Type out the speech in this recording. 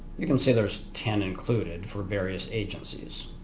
you can see there's ten included for various agencies.